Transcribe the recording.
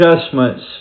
adjustments